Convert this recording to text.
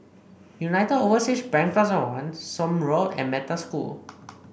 United Overseas Bank Plaza One Somme Road and Metta School